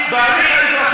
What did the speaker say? לך.